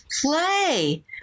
Play